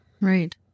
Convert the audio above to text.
Right